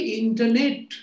internet